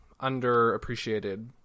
underappreciated